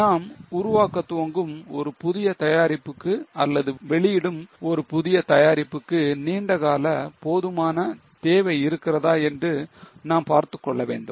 நாம் உருவாக்க துவங்கும் ஒரு புதிய தயாரிப்புக்கு அல்லது வெளியிடும் ஒரு புதிய தயாரிப்புக்கு நீண்டகால போதுமான தேவை இருக்கிறதா என்று நாம் பார்த்துக்கொள்ள வேண்டும்